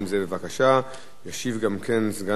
ישיב גם כן סגן שר החוץ דניאל אילון,